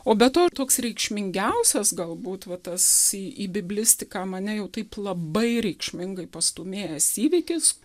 o be to toks reikšmingiausias galbūt va tas į į biblistiką mane jau taip labai reikšmingai pastūmėjęs įvykis